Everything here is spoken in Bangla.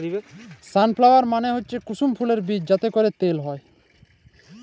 সানফালোয়ার মালে হচ্যে কুসুম ফুলের বীজ যাতে ক্যরে তেল হ্যয়